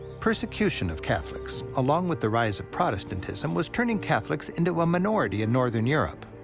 persecution of catholics, along with the rise of protestantism, was turning catholics into a minority in northern europe.